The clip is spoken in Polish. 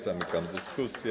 Zamykam dyskusję.